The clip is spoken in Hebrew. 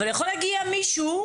יכול להגיע מישהו,